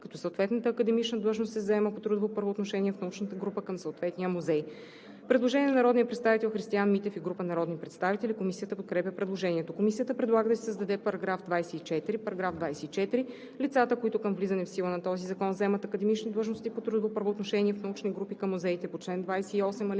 като съответната академична длъжност се заема по трудово правоотношение в научната група към съответния музей.“ Предложение на народния представител Христиан Митев и група народни представители. Комисията подкрепя предложението. Комисията предлага да се създаде § 24: „§ 24. Лицата, които към влизане в сила на този закон заемат академични длъжности по трудово правоотношение в научни групи към музеите по чл. 28, ал.4